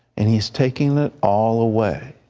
and he is taking it all away.